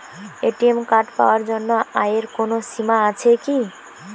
ATM card পাওয়ার জন্য আয়ের কোনো সীমা আছে কি?